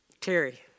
Terry